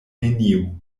neniu